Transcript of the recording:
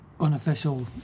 unofficial